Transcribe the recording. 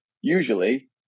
usually